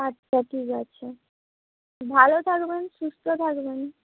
আচ্ছা ঠিক আছে ভালো থাকবেন সুস্থ থাকবেন